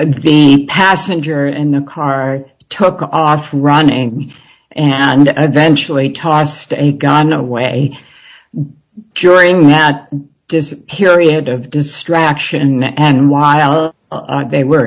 and the passenger in the car took off running and eventually tossed a gun away during that period of distraction and while they were